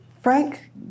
Frank